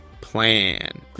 plan